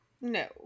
No